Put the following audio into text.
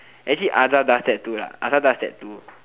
actually Azhar does that too lah Azhar does that too